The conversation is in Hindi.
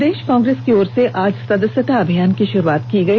प्रदेष कांग्रेस की ओर से आज सदस्यता अभियान की शुरुआत की गई